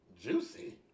Juicy